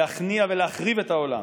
להכניע ולהחריב את העולם,